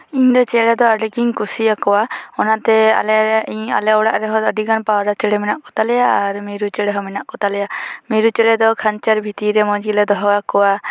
ᱤᱧ ᱫᱚ ᱪᱮᱬᱮ ᱫᱚ ᱟᱹᱰᱤ ᱜᱮᱧ ᱠᱩᱥᱤ ᱟᱠᱚᱣᱟ ᱚᱱᱟ ᱟᱞᱮ ᱤᱧ ᱟᱞᱮ ᱚᱲᱟᱜ ᱨᱮᱦᱚᱸ ᱟᱹᱰᱤ ᱜᱟᱱ ᱯᱟᱣᱨᱟ ᱪᱮᱬᱮ ᱢᱮᱱᱟᱜ ᱚᱛᱟᱞᱮᱭᱟ ᱟᱨ ᱢᱤᱨᱩ ᱪᱮᱬᱮ ᱦᱚᱸ ᱢᱮᱱᱟᱜ ᱠᱚ ᱛᱟᱞᱮᱭᱟ ᱢᱤᱨᱩ ᱪᱮᱬᱮ ᱫᱚ ᱠᱷᱟᱧᱪᱟᱨ ᱵᱷᱤᱛᱤᱨᱮ ᱢᱚᱡ ᱜᱮᱞᱮ ᱫᱚᱦᱚ ᱠᱚᱣᱟ